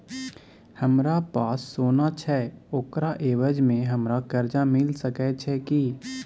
हमरा पास सोना छै ओकरा एवज में हमरा कर्जा मिल सके छै की?